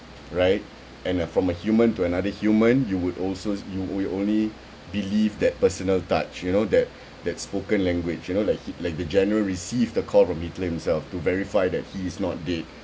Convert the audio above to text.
right and uh from a human to another human you would also s~ you you will only believe that personal touch you know that that spoken language you know like like the general received a call from hitler himself to verify that he is not dead